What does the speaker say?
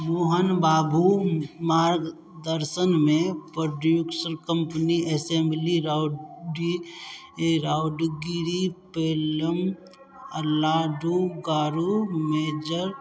मोहन बाबू मार्गदर्शनमे produce company assembly rowdy राउडगिरी पेल्लुम लाडू गारू मेजर